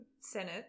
Senate